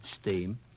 Steam